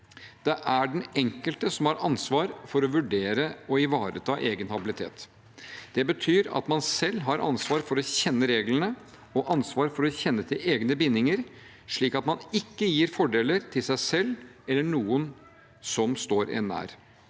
Det er den enkelte som har ansvar for å vurdere og ivareta egen habilitet. Det betyr at man selv har ansvar for å kjenne reglene og ansvar for å kjenne til egne bindinger, slik at man ikke gir fordeler til seg selv eller noen som står en nær.